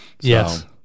yes